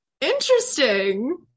interesting